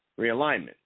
realignment